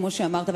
כמו שאמרת,